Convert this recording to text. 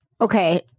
Okay